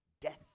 Death